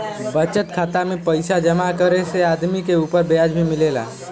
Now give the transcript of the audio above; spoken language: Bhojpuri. बचत खाता में पइसा जमा करे से आदमी के उपर ब्याज भी मिलेला